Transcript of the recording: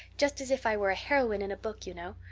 just as if i were a heroine in a book, you know.